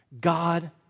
God